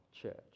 church